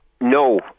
No